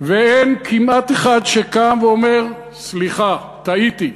ואין כמעט אחד שקם ואומר: סליחה, טעיתי.